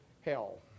hell